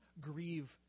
grieve